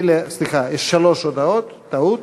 סליחה, שלוש הודעות, טעות.